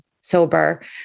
sober